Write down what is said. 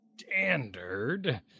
standard